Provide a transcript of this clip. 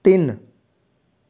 ਤਿੰਨ